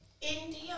India